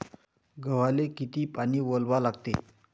गव्हाले किती पानी वलवा लागते?